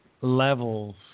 levels